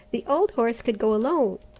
the old horse could go alone.